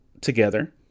together